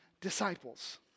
disciples